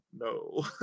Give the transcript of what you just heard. No